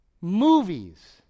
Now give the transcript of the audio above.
Movies